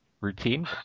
routine